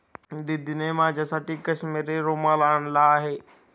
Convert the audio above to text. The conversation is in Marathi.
दीदींनी माझ्यासाठी काश्मिरी रुमाल आणला आहे